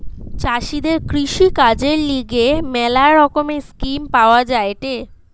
চাষীদের কৃষিকাজের লিগে ম্যালা রকমের স্কিম পাওয়া যায়েটে